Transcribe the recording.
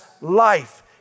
life